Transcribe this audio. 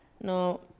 No